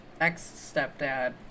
ex-stepdad